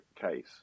case